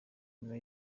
nyuma